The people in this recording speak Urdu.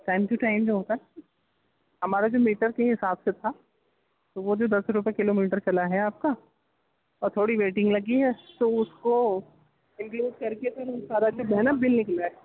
ٹائم ٹو ٹائم جو ہوتا ہے ہمارا جو میٹر کے حساب سے تھا تو وہ جو دس روپیے کلو میٹر چلا ہے آپ کا اور تھوڑی ویٹنگ لگی ہے تو اُس کو انکلوڈ کر کے سر سارا سب ہے نا بل نکلا ہے